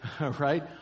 right